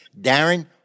Darren